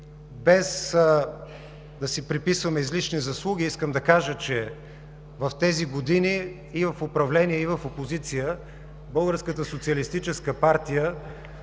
Без да си приписваме излишни заслуги, искам да кажа, че в тези години – и в управление, и в опозиция,